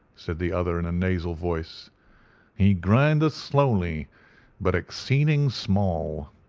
said the other in a nasal voice he grindeth slowly but exceeding small.